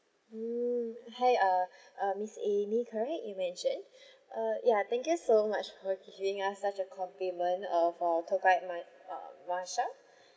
mm hi uh uh miss amy correct you mentioned uh ya thank you so much for giving us such a compliment uh for our tour guide ma~ uh marsha